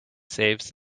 saves